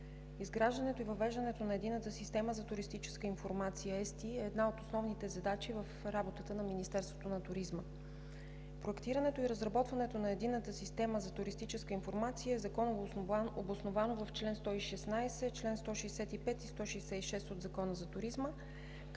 Изграждането и въвеждането на Единната система за туристическа информация – ЕСТИ, е една от основните задачи в работата на Министерството на туризма. Проектирането и разработването на Единната система за туристическа информация е законово обосновано в чл. 116, чл. 165 и чл. 166 от Закона за туризма,